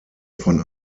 von